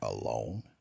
alone